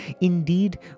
indeed